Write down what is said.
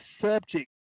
subject